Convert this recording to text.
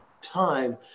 time